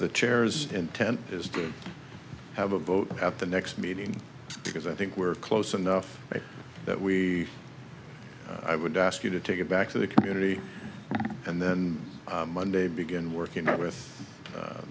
the chairs intent is to have a vote at the next meeting because i think we're close enough that we i would ask you to take it back to the community and then monday begin working